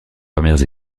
premières